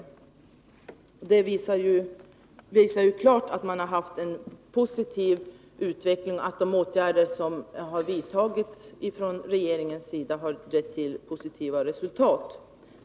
De visar klart att utvecklingen varit positiv och att den regionalpolitik som förts har lett till positiva resultat.